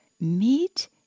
meet